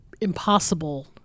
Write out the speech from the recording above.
impossible